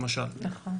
למשל,